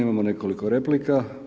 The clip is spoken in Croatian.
Imamo nekoliko replika.